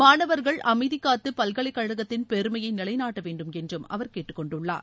மாணவர்கள் அமைதி காத்து பல்கலைக்கழகத்தின் பெருமையை நிலைநாட்ட வேண்டும் என்று அவர் கேட்டுக்கொண்டுள்ளார்